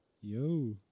Yo